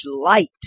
light